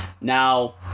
Now